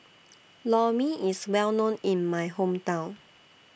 Lor Mee IS Well known in My Hometown